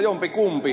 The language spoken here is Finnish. jompikumpi